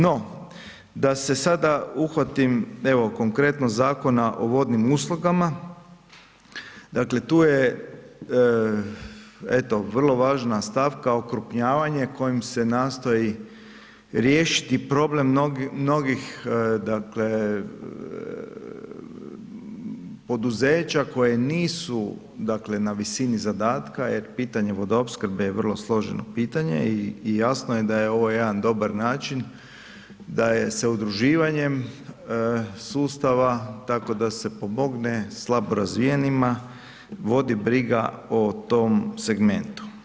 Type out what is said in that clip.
No, da se sada uhvatim evo konkretno Zakona o vodnim uslugama, dakle tu je eto vrlo važna stavka okrupnjavanje kojim se nastoji riješiti problem mnogih dakle poduzeća koje nisu dakle na visini zadatka jer pitanje vodoopskrbe je vrlo složeno pitanje i jasno je da je ovo jedan dobar način da je se udruživanjem sustava tako da se pomogne slabo razvijenima, vodi briga o tom segmentu.